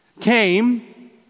came